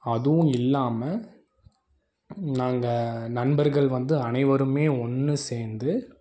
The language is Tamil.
அதுவும் இல்லாமல் நாங்கள் நண்பர்கள் வந்து அனைவருமே ஒன்று சேர்ந்து